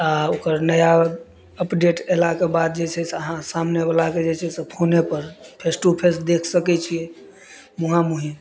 आ ओकर नया अपडेट एलाके बाद जे छै से अहाँ सामने बलाके जे छै से फोने पर फेस टू फेस देख सकैत छियै मुँहा मुँहे